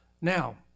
Now